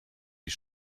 die